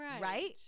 Right